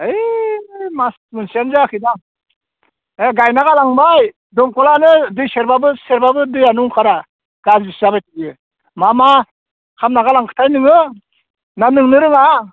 ओइ मास मोनसेयानो जायाखैदां दा गायना गालांबाय दंखलानो दै सेरबाबो सेरबाबो दैयानो अंखारा गाजिसो जाबाय बियो मा मा खामना गालांखोथाय नोङो ना नोंनो रोङा